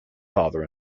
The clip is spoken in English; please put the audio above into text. father